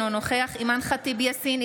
אינו נוכח אימאן ח'טיב יאסין,